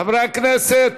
חברי הכנסת,